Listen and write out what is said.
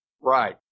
Right